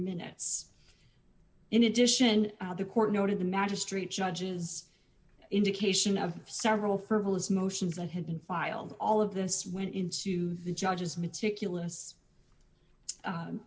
minutes in addition the court noted the magistrate judges an indication of several frivolous motions that had been filed all of this went into the judge's meticulous